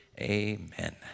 Amen